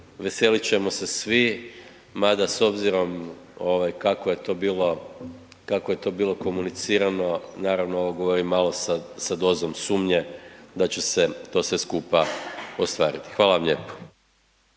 veselit ćemo se svi, mada s obzirom ovaj kako je to bilo, kako je to bilo komunicirano naravno je i malo sa dozom sumnje da će se to sve skupa ostvariti. Hvala vam lijepo.